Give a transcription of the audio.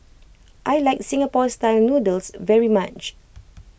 I like Singapore Style Noodles very much